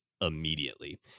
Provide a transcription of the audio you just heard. immediately